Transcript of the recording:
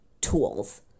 tools